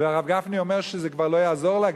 והרב גפני אומר שזה כבר לא יעזור לה,